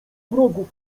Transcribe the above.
wrogów